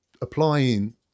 applying